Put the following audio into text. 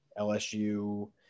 LSU